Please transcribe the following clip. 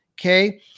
okay